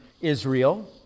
Israel